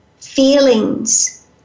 feelings